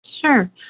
Sure